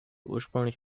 ursprünglich